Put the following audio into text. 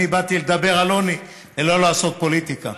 אני באתי לדבר על עוני ולא לעשות פוליטיקה.